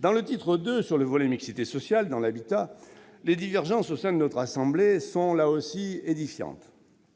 volet du titre II relatif à la mixité sociale dans l'habitat, les divergences au sein de notre assemblée sont également édifiantes.